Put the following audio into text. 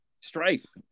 strife